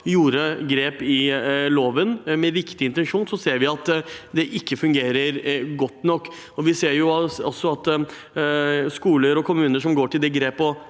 tok grep i loven – med riktig intensjon – ser vi at det ikke fungerer godt nok. Vi ser også at skoler og kommuner som går til det skrittet